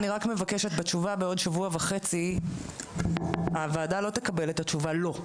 אני רק מבקשת: תשובה בעוד שבוע וחצי הוועדה לא תקבל את התשובה "לא".